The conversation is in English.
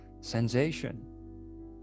sensation